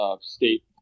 State